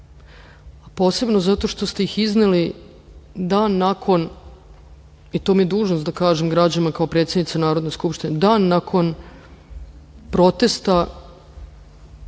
posebno zato što ste ih izneli dan nakon, i to mi je dužnost da kažem građanima kao predsednica Narodne Skupštine, dan nakon protesta